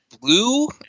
blue